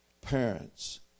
parents